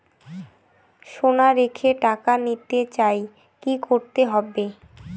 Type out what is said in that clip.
সোনা রেখে টাকা নিতে চাই কি করতে হবে?